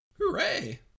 hooray